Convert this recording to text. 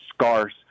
scarce